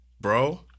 Bro